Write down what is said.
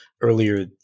earlier